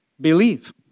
believe